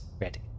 ready